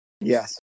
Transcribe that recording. Yes